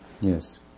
yes